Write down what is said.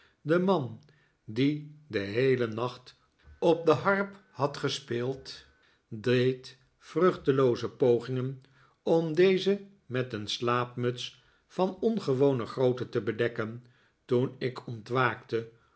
de man die den heelen nacht op de harp had gespeeld deed vruchtelooze pogingen om deze met een slaapmuts van ongewone grootte te bedekken toen ik ontwaakte